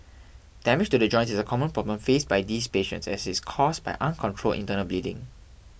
damage to the joints is a common problem faced by these patients and is caused by uncontrolled internal bleeding